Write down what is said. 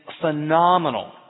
phenomenal